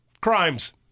crimes